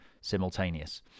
simultaneous